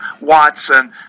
Watson